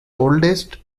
oldest